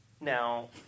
Now